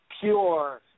pure